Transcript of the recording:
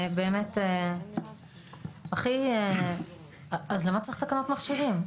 באמת אז למה צריך תקנות מכשירים?